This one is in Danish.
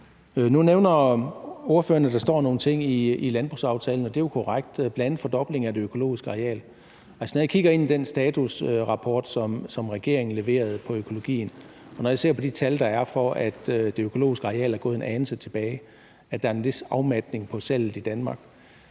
Nu nævner ordføreren, at der står nogle ting i landbrugsaftalen, og det er jo korrekt, bl.a. en fordobling af det økologiske areal. Når jeg kigger ind i den statusrapport, som regeringen leverede om økologien, og når jeg ser på de tal, der er for, at det økologiske areal er gået en anelse tilbage, og at der er en vis afmatning på salget i Danmark,